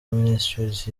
ministries